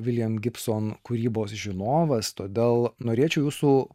william gibson kūrybos žinovas todėl norėčiau jūsų